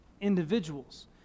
Individuals